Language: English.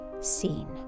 seen